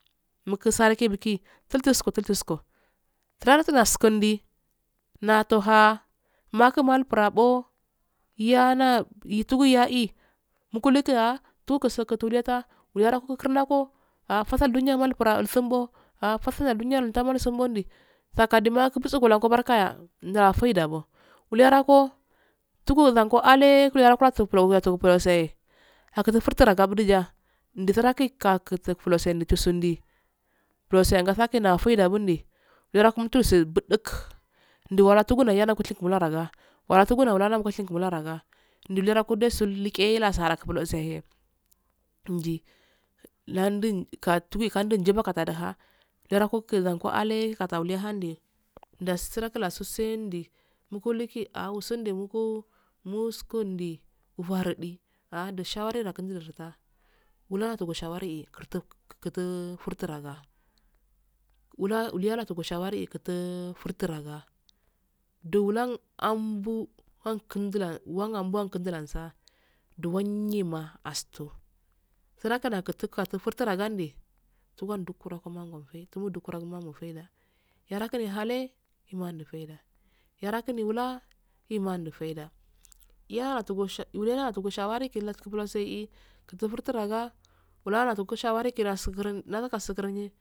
Mukusalkee mukiyi ful fuskoh fultukoh turandi turaslandi natoha maku pal courahoo yanayi yi fuguyaii mukulikiya tukusgu fukeelatsa wuleyaraka kur nakoh ahh fasaldo yematuroko isinbbo ahh fasal nyado nyelsumbo ahh faral udo yamal isunbbondi sakadem akubutse gullo barkaya nyira faidamo wulerakoh hagowanko alee kuleyaraku tsuko sukfulose akidi furkadate hablijaa ndi siraki ka kusu fulso nde chusundii buluse yanlanalaya faida bundii wulerakim fusebuduk nduwaratu gunlaraga nde ceregusulgee lakusebusosee magii landukatuye kandunje makadaha ale katahule handel ndasurlalalelasandu mukulikiawisundi mukuh muskundi wardi ade shawari dakim dalhika walakide sharakii gurtuk gufu furtyrago daulan ambu anla ndilan wan ambukindulanga duwanyema astoh siralakada ki kati furfuragandii wandu furatu du wandu kura mangofei tundu mandoferd yaralade halee yimando feida yarakinda wwaa mandofeida yartugosha of wula tigoshawari leilabo buluse i turfurturaga wulalatigo shawari kilabo buluse i turri furturaga wulalatigo shawari kirasugumnye.